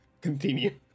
continue